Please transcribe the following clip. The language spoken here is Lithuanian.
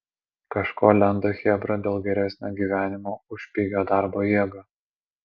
kažko lenda chebra dėl geresnio gyvenimo už pigią darbo jėgą